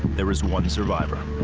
there is one survivor.